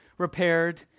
repaired